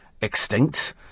extinct